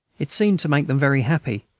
it seemed to make them very happy,